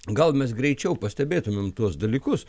gal mes greičiau pastebėtumėme tuos dalykus